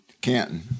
Canton